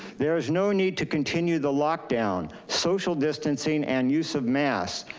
there is no need to continue the lockdown, social distancing and use of masks.